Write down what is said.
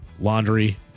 laundry